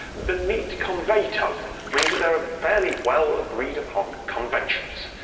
the need to convey tone means that there are fairly well-agreed-upon conventions.